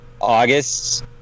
august